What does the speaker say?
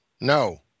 No